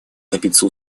добиться